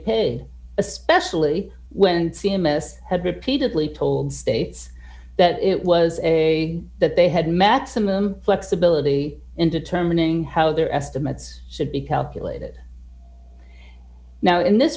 paid especially when c m s have repeatedly told states that it was a that they had maximum flexibility in determining how their estimates should be calculated now in this